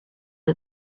are